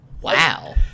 Wow